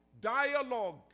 Dialogue